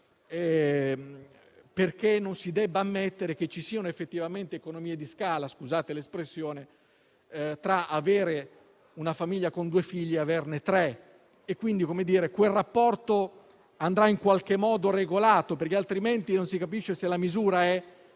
perché non si debba ammettere che ci siano effettivamente economie di scala - scusate l'espressione - tra avere una famiglia con due figli e averne una con tre. Quel rapporto in qualche modo andrà regolato, altrimenti non si capisce se la misura è